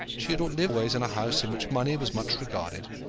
she had lived always in a house in which money was much regarded,